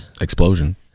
Explosion